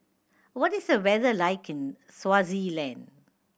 what is the weather like in Swaziland